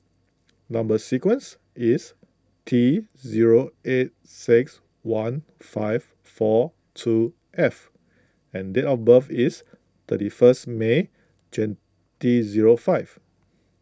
Number Sequence is T zero eight six one five four two F and date of birth is thirty first May twenty zero five